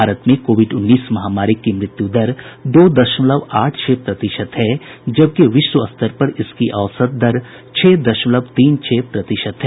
भारत में कोविड उन्नीस महामारी की मृत्युदर दो दशमलव आठ छह प्रतिशत है जबकि विश्व स्तर पर इसकी औसत दर छह दशमलव तीन छह प्रतिशत है